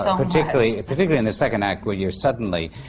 um particularly particularly in the second act, where you're suddenly,